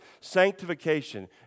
Sanctification